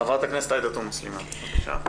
חברת הכנסת עאידה תומא סלימאן, בבקשה.